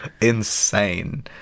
insane